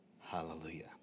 Hallelujah